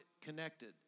connected